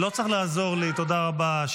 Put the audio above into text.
לא צריך לעזור לי, תודה רבה.